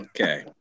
Okay